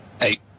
Eight